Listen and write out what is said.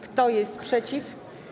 Kto jest przeciw?